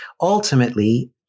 ultimately